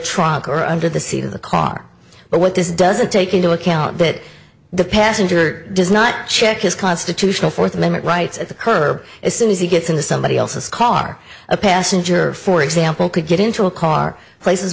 trunk or under the seat of the car but this doesn't take into account that the passenger does not check his constitutional fourth amendment rights at the curb as soon as he gets into somebody else's car a passenger for example could get into a car places